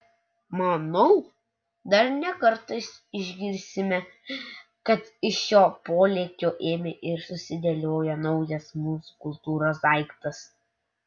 manau dar ne kartą išgirsime kad iš jo polėkio ėmė ir susidėliojo naujas mūsų kultūros daiktas